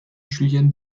julien